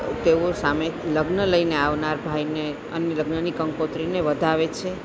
આ તેઓ સામે લગ્ન લઈને આવનાર ભાઈને અને લગ્નની કંકોત્રીને વધાવે છે